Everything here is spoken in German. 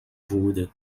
wurde